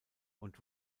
und